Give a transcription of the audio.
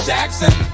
Jackson